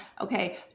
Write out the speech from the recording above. okay